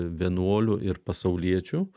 vienuolių ir pasauliečių